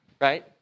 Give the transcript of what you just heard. right